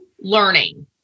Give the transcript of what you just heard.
learning